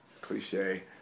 cliche